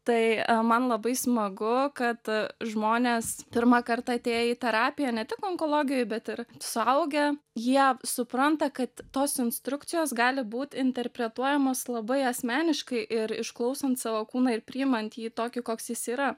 tai man labai smagu kad žmonės pirmą kartą atėję į terapiją ne tik onkologijoj bet ir suaugę jie supranta kad tos instrukcijos gali būt interpretuojamos labai asmeniškai ir išklausant savo kūną ir priimant jį tokį koks jis yra